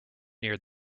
near